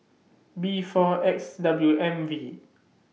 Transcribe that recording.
B four X W M V